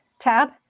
tab